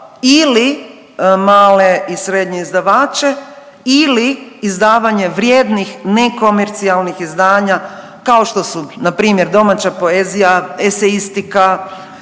ili manje i srednje izdavače ili izdavanje vrijednih nekomercijalnih izdanja kao što su npr. domaća poezija, esejistika,